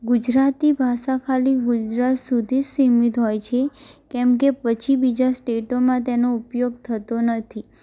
ગુજરાતી ભાષા ખાલી ગુજરાત સુધી સીમિત હોય છે કેમકે પછી બીજા સ્ટેટોમાં તેનો ઉપયોગ થતો નથી